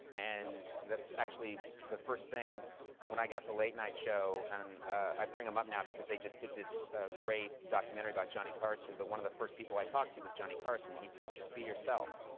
and that's actually the first thing when i got the late night show and i bring him up now because they just did this great documentary about johnny carson, but one of the first people i talked to was johnny carson. he said, just be yourself.